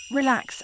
relax